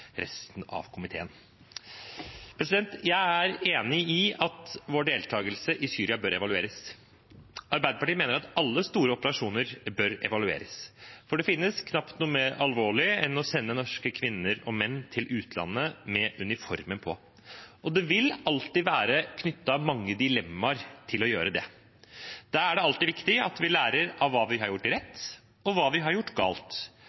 resten av komiteen. Jeg er enig i at vår deltakelse i Syria bør evalueres. Arbeiderpartiet mener at alle store operasjoner bør evalueres, for det finnes knapt noe mer alvorlig enn å sende norske kvinner og menn til utlandet med uniformen på. Det vil alltid være mange dilemmaer knyttet til å gjøre det. Da er det alltid viktig at vi lærer av hva vi har gjort rett, og hva vi har gjort galt,